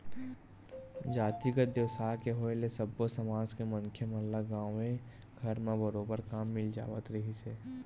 जातिगत बेवसाय के होय ले सब्बो समाज के मनखे मन ल गाँवे घर म बरोबर काम मिल जावत रिहिस हे